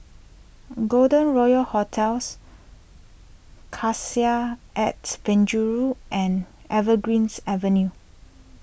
Golden Royal Hotels Cassia at Penjuru and Evergreens Avenue